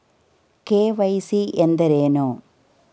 KYC ಎಂದರೇನು?